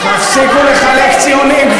סלח לי ותפסיקו לחלק ציונים,